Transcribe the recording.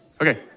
Okay